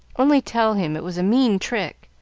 only tell him it was a mean trick.